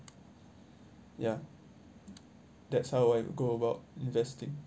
ya that's how I go about investing